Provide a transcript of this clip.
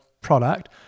product